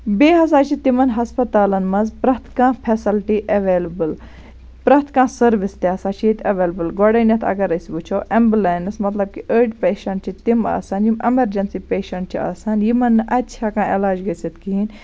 بیٚیہِ ہَسا چھِ تِمَن ہَسپَتالَن مَنٛز پرٮ۪تھ کانٛہہ فیسَلٹی ایٚولیبٕل پرٮ۪تھ کانٛہہ سٔروِس تہِ ہَسا چھِ ییٚتہِ ایٚولیبٕل گۄڈٕنیٚتھ اَگر أسۍ وِچھو ایٚمبُلینٕس مَطلَب کہِ أڑۍ پیشَنٹ چھِ تِم آسان یِم اَمَرجنسی پیشَنٹ چھِ آسان یِمَن نہٕ اَتہٕ چھِ ہیٚکان علاج گٔژھِتھ کِہیٖنۍ